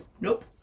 nope